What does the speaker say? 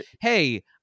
hey